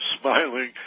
smiling